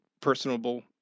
personable